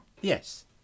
yes